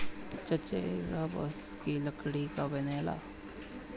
चेचरा बांस के लकड़ी बनेला